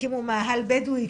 הקימו מאהל בדואי,